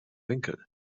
winkel